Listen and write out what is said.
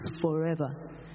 forever